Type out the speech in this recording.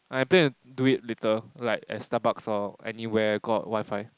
I plan to do it later like at Starbucks or anywhere got WiFi